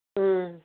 ꯎꯝ